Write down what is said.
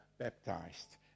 baptized